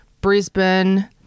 Brisbane